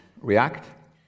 react